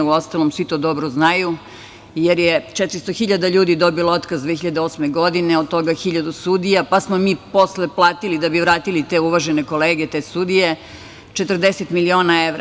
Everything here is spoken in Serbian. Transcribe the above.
Uostalom, svi to dobro znaju, jer je 400.000 ljudi dobilo otkaz 2008. godine, od toga 1.000 sudija, pa smo mi posle platili da bi vratili te uvažene kolege, te sudije, 40 miliona evra.